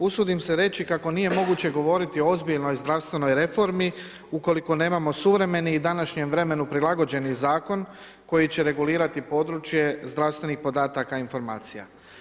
Usudim se reći kako nije moguće govoriti o ozbiljnoj zdravstvenoj reformi ukoliko nemamo suvremeni i današnjem vremenu prilagođeni zakon koji će regulirati područje zdravstvenih podataka informacija.